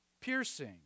Piercing